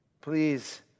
Please